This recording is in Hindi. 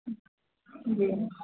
जी